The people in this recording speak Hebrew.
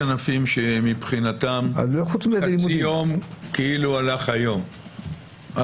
יש ענפים שמבחינתם חצי יום כאילו הלך היום לאיבוד.